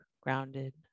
grounded